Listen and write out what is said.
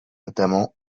notamment